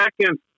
second